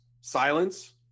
silence